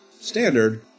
standard